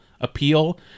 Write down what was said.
appeal